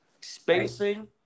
Spacing